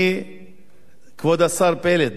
חייבת לתת את הדעת על העניין הזה.